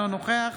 אינו נוכח